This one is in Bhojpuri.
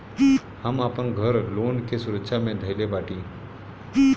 हम आपन घर लोन के सुरक्षा मे धईले बाटी